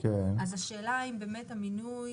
אם המינוי